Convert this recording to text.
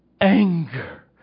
anger